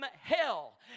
hell